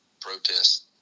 protests